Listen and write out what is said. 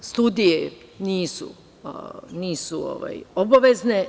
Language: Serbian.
Studije nisu obavezne.